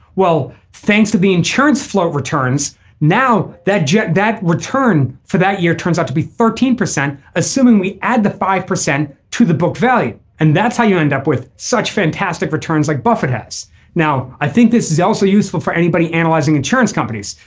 well thanks to the insurance float returns now that that return for that year turns out to be thirteen percent. assuming we add the five percent to the book value. and that's how you end up with such fantastic returns like buffett has now. i think this is also useful for anybody analyzing insurance companies.